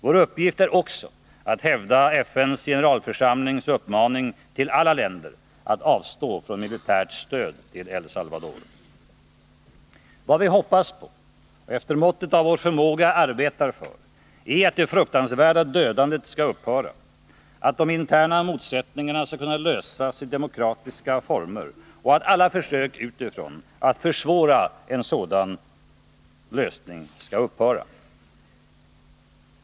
Vår uppgift är också att hävda FN:s generalförsamlings uppmaning till alla länder att avstå från militärt stöd till El Salvador. Vad vi hoppas på och efter måttet av vår förmåga arbetar för är att det fruktansvärda dödandet skall upphöra, att de interna motsättningarna skall kunna lösas i demokratiska former och även att alla försök utifrån att försvåra en sådan lösning skall upphöra.